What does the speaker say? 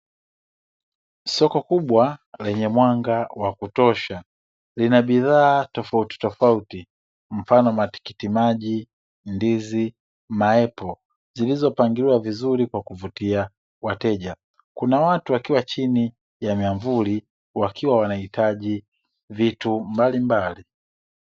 Soko kubwa lenye mwanga wa kutosha lina bidhaa tofauti tofauti mfano matikiti maji, ndizi, maepo zilizopangiliwa vizuri kwa kuvutia wateja. Kuna watu wakiwa chini ya mwamvuli wakiwa wanahitaji vitu mbalimbali.